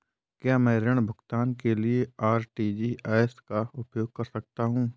क्या मैं ऋण भुगतान के लिए आर.टी.जी.एस का उपयोग कर सकता हूँ?